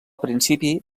principi